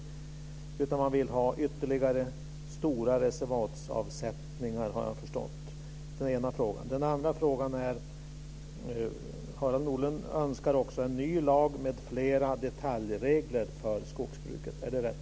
Jag har förstått att man vill ha ytterligare stora reservatsavsättningar. Är det riktigt? Det är den ena frågan. Den andra frågan är: Är det rätt uppfattat att Harald Nordlund också önskar en ny lag med flera detaljregler för skogsbruket?